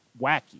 wacky